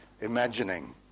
imagining